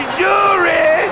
jury